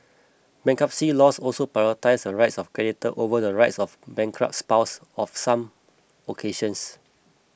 bankruptcy laws also prioritise the rights of creditors over the rights of the bankrupt's spouse of some occasions